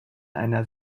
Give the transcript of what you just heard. einer